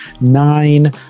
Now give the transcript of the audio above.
nine